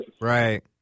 Right